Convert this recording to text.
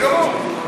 בסדר גמור.